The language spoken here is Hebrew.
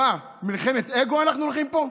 מה, למלחמת אגו אנחנו הולכים פה?